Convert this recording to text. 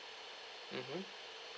mmhmm